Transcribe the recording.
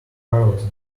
carlos